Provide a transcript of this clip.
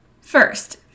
First